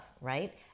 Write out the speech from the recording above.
right